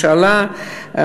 הממשלתיות,